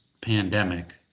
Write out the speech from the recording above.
pandemic